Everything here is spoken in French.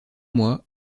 mois